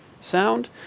Sound